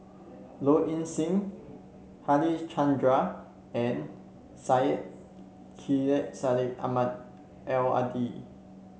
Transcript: Low Ing Sing Harichandra and Syed Sheikh Syed Ahmad Al Hadi